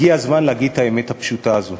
הגיע הזמן להגיד את האמת הפשוטה הזאת.